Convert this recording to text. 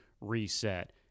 reset